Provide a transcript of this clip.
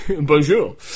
Bonjour